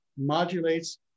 modulates